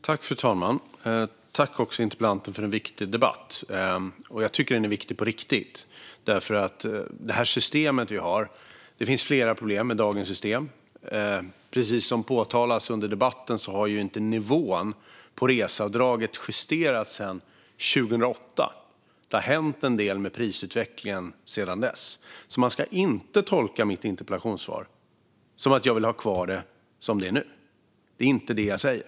Fru talman! Jag tackar interpellanten för en viktig debatt. Jag tycker att den är viktig på riktigt, för det finns flera problem med dagens system. Precis som har påtalats under debatten har nivån på reseavdraget inte justerats sedan 2008, och det har hänt en del med prisutvecklingen sedan dess. Man ska alltså inte tolka mitt interpellationssvar som att jag vill ha kvar systemet som det är nu. Det är inte det jag säger.